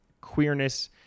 queerness